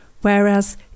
whereas